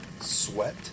sweat